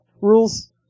rules